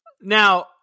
now